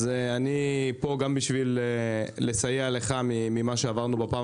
אז אני פה גם כדי לסייע לך ממה שעברנו בפעם